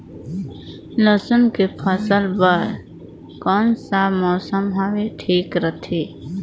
लसुन के फसल बार कोन सा मौसम हवे ठीक रथे?